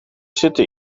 zitten